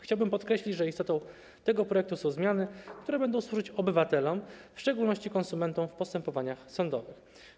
Chciałbym podkreślić, że istotą tego projektu są zmiany, które będą służyć obywatelom, w szczególności konsumentom w postępowaniach sądowych.